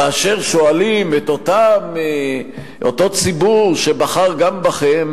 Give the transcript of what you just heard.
כאשר שואלים את אותו ציבור שבחר גם בכם,